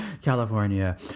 California